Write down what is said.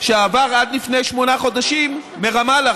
שעבר עד לפני שמונה חודשים מרמאללה,